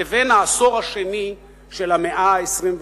לבין העשור השני של המאה ה-21.